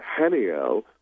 Haniel